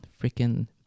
freaking